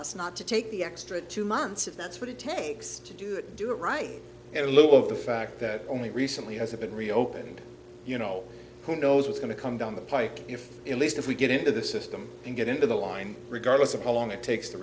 us not to take the extra two months of that's what it takes to do it do it right and a little of the fact that only recently has it been reopened you know who knows what's going to come down the pike if illest if we get into the system and get into the line regardless of how long it takes to